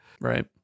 Right